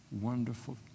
wonderful